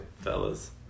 fellas